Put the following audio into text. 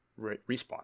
Respawn